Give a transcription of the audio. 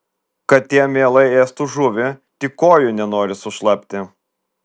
katė mielai ėstų žuvį tik kojų nenori sušlapti